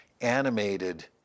animated